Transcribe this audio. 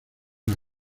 las